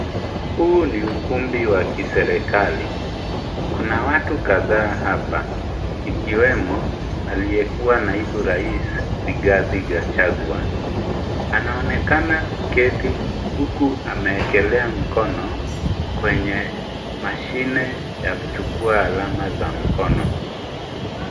Huu ni ukumbi wa kiserikali. Kuna watu kadhaa hapa ikiwemo aliyekuwa naibu rais Rigathi Gachagua. Anaonekana kuketi huku ameekelea mkono kwenye mashine ya kuchukua alama za mkono.